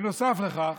נוסף לכך,